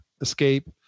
escape